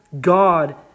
God